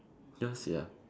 ya sia